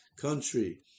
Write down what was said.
country